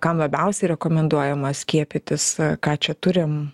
kam labiausiai rekomenduojama skiepytis ką čia turim